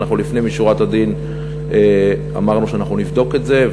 ולפנים משורת הדין אמרנו שנבדוק את זה,